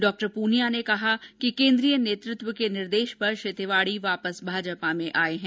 डॉ पूनिया ने कहा कि केन्द्रीय नेतृत्व के निर्देश पर श्री तिवाड़ी वापस भाजपा में आये हैं